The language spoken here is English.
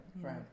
right